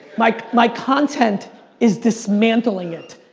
like my content is dismantling it.